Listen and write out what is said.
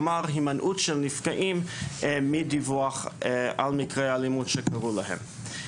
כלומר: הימנעות של נפגעים מדיווח על מקרי האלימות שקרו להם.